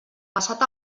passat